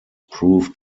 proved